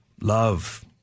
Love